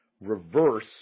Reverse